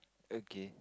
okay